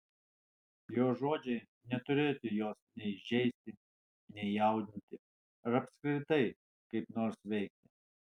jo žodžiai neturėtų jos nei žeisti nei jaudinti ar apskritai kaip nors veikti